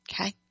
Okay